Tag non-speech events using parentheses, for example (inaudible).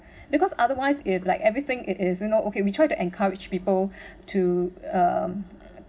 (breath) because otherwise if like everything it is you know okay we try to encourage people (breath) to um